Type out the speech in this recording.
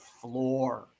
floor